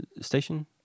Station